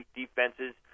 defenses